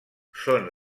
són